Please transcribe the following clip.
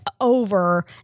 Over